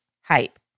hype